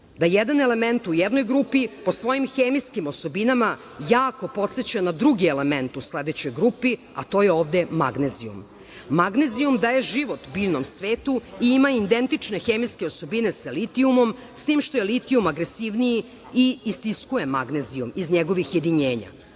da jedan element u jednoj grupi po svojim hemijskim osobinama jako podseća na drugi element u sledećoj grupi, a to je ovde magnezijum. Magnezijum daje život biljnom svetu i ima identične hemijske osobine sa litijumom, s tim što je litijum agresivniji i istiskuje magnezijum iz njegovih jedinjenja. Magnezijum